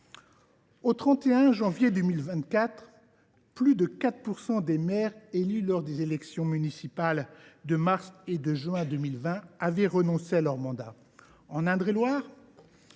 Au 31 janvier 2024, plus de 4 % des maires élus lors des élections municipales de mars et juin 2020 avaient renoncé à leur mandat. En Indre et Loire,